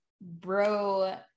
bro